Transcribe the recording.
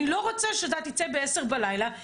אני לא רוצה שאתה תצא ב-22:00 בלילה,